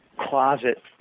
closet